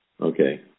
Okay